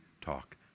talk